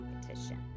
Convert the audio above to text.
competition